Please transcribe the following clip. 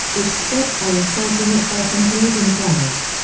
which spreads by inserting itself into living cells.